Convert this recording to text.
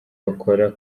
bakora